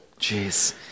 Jeez